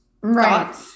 Right